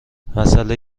مسئله